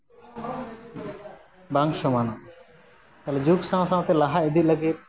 ᱵᱟᱝ ᱥᱚᱢᱟᱱᱟ ᱛᱟᱞᱚᱦᱮ ᱡᱩᱜᱽ ᱥᱟᱶ ᱥᱟᱶᱛᱮ ᱞᱟᱦᱟ ᱤᱫᱤ ᱞᱟᱹᱜᱤᱫ